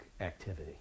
activity